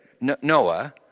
Noah